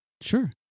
Sure